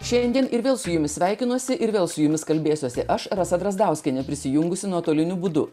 šiandien ir vėl su jumis sveikinuosi ir vėl su jumis kalbėsiuosi aš rasa drazdauskienė prisijungusi nuotoliniu būdu